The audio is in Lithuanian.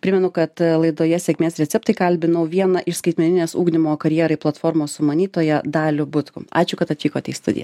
primenu kad laidoje sėkmės receptai kalbinau vieną iš skaitmeninės ugdymo karjerai platformos sumanytoją dalių butkum ačiū kad atvykote į studiją